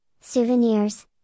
souvenirs